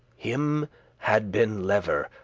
him had been lever,